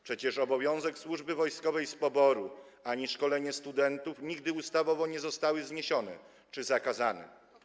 Przecież obowiązek służby wojskowej z poboru ani szkolenie studentów nigdy ustawowo nie zostały zniesione czy zakazane.